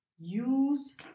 Use